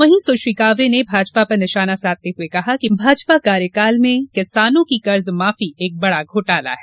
वहीं सुश्री कांवरे ने भाजपा पर निशाना साधते हये कहा कि भाजपा कार्यकाल में किसानों की कर्ज माफी एक बड़ा घोटाला है